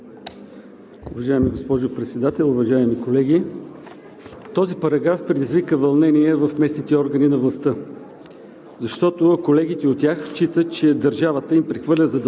Уважаема госпожо Председател, уважаеми колеги! Този параграф предизвика вълнение в местните органи на властта,